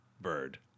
bird